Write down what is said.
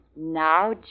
Now